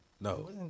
No